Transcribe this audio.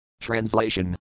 Translation